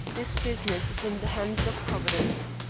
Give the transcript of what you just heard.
this business is in the hands of providence.